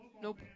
Nope